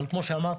אבל כמו שאמרתי,